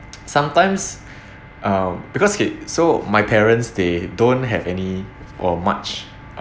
sometimes um because okay so my parents they don't have any or much